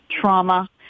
trauma